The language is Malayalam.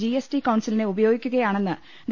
ജിഎസ്ടി കൌൺസിലിനെ ഉപയോഗിക്കുകയാണെന്ന് ഡോ